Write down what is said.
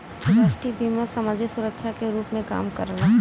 राष्ट्रीय बीमा समाजिक सुरक्षा के रूप में काम करला